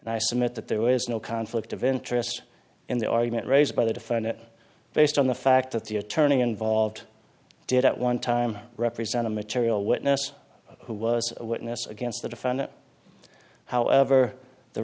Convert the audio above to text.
and i submit that there is no conflict of interest in the argument raised by the defendant based on the fact that the attorney involved did at one time represent a material witness who was a witness against the defendant however the